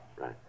right